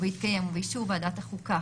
ובהתקיים ובאישור ועדת החוקה,